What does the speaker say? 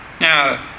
Now